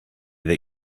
that